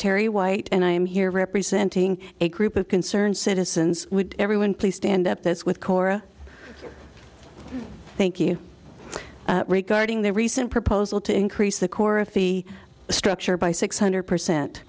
terry white and i am here representing a group of concerned citizens would everyone please stand up this with cora thank you regarding their recent proposal to increase the core of fee structure by six hundred percent